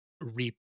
reap